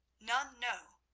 none know,